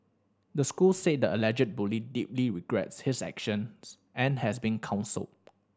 the school said the alleged bully deeply regrets his actions and has been counselled